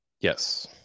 Yes